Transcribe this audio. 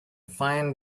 fine